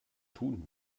tun